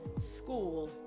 school